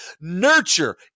Nurture